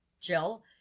Jill